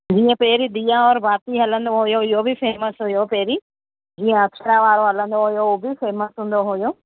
जीअं पहिरीं दीया और बाती हलंदो हो इहो बि फ़ेमस हुयो पहिरीं जीअं अक्षरा वारो हलंदो हुयो हो बि फ़ेमस हुंदो हुयो